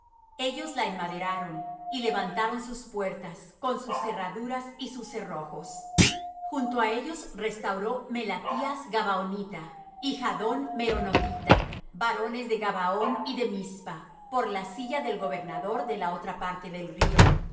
ellos la enmaderaron y levantaron sus puertas con sus cerraduras y sus cerrojos junto á ellos restauró melatías gabaonita y jadón meronothita varones de gabaón y de mizpa por la silla del gobernador de la otra parte del río y